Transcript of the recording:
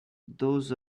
those